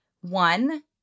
one